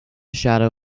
shadow